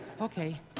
Okay